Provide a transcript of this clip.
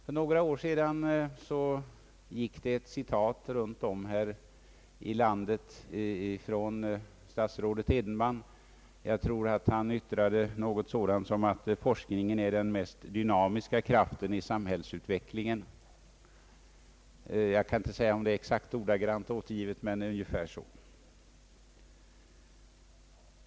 För några år sedan citerades runt om i landet ett uttalande av statsrådet Edenman. Jag tror att han yttrade något sådant som att forskningen är den mest dynamiska kraften i samhällsut vecklingen. Jag kan inte säga om detta är ett exakt återgivande, men hans ord föll ungefär så.